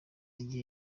igihe